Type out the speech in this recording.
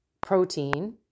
protein